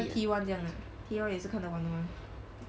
好像 T one 这样 ah T one 也是看到完 mah